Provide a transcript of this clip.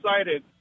excited